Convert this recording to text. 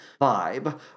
vibe